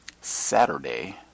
saturday